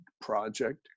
project